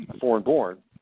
foreign-born